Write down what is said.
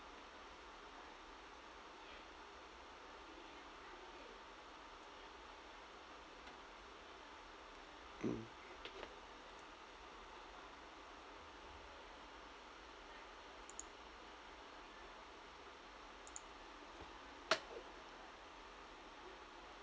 mm